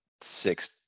six